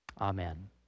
Amen